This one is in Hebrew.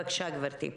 בבקשה, גברתי.